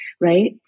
Right